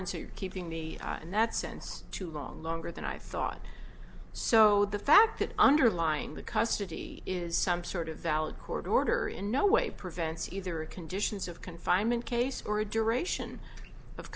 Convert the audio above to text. into keeping the and that sense too long longer than i thought so the fact that underlying the custody is some sort of valid court order in no way prevents either a conditions of confinement case or a duration of